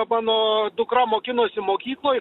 mano dukra mokinosi mokykloj